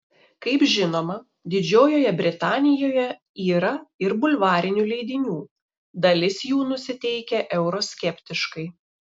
kaip žinoma didžiojoje britanijoje yra ir bulvarinių leidinių dalis jų nusiteikę euroskeptiškai